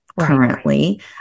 currently